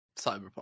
Cyberpunk